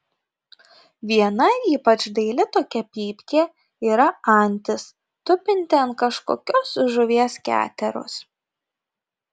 viena ypač daili tokia pypkė yra antis tupinti ant kažkokios žuvies keteros